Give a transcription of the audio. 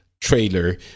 trailer